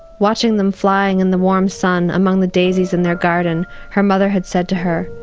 watching them flying in the warm sun among the daisies in their garden her mother had said to her,